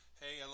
hey